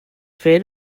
fer